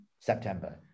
september